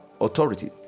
authority